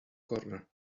corner